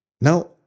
Now